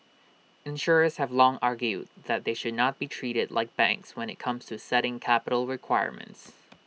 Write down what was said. insurers have long argued they should not be treated like banks when IT comes to setting capital requirements